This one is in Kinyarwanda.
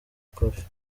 ikofi